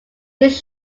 this